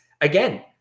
again